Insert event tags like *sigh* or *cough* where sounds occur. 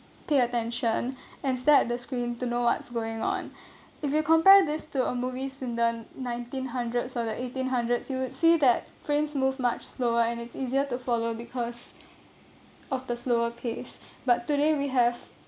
pay attention *breath* and stare at the screen to know what's going on *breath* if you compare this to a movies in the nineteen hundreds or the eighteen hundreds you would see that frames move much slower and it's easier to follow because of the slower pace but today we have